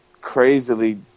crazily